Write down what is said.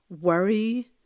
worry